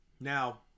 Now